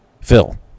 Phil